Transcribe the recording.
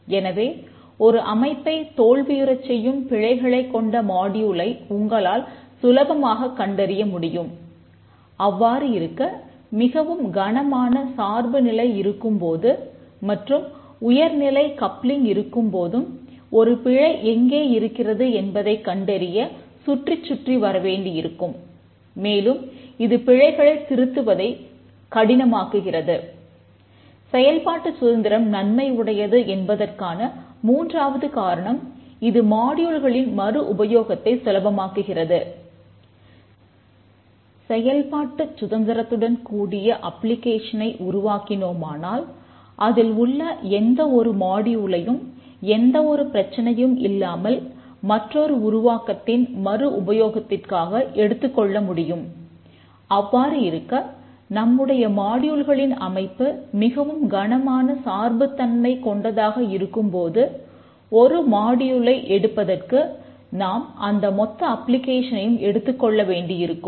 எனவே ஒரு அமைப்பை தோல்வியுறச் செய்யும் பிழைகளைக் கொண்ட மாடியூலை எடுத்துக் கொள்ள வேண்டியிருக்கும்